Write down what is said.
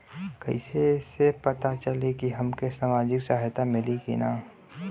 कइसे से पता चली की हमके सामाजिक सहायता मिली की ना?